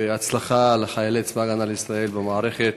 והצלחה לחיילי צבא הגנה לישראל במערכה.